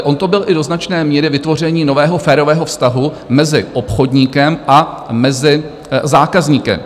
On to bylo do značné míry i vytvoření nového férového vztahu mezi obchodníkem a zákazníkem.